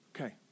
Okay